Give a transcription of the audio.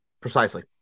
Precisely